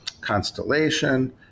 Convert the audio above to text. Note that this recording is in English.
Constellation